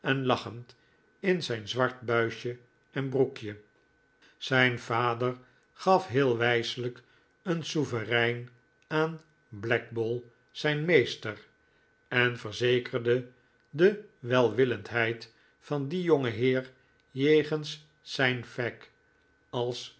lachend in zijn zwart buisje en broekje zijn vader gaf heel wijselijk een souverein aan blackball zijn meester en verzekerde de welwillendheid van dien jongeheer jegens zijn fag als